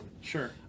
Sure